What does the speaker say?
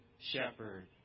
Shepherd